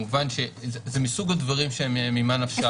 זה מסוג הדברים של ממה נפשך.